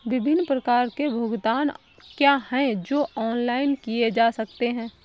विभिन्न प्रकार के भुगतान क्या हैं जो ऑनलाइन किए जा सकते हैं?